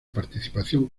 participación